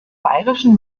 bayerischen